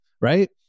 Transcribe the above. right